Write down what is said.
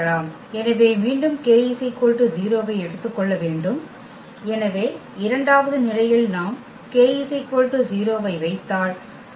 எனவே மீண்டும் k 0 வை எடுத்து கொள்ள வேண்டும் எனவே இரண்டாவது நிலையில் நாம் k 0 ஐ வைத்தால் அது நமக்கு F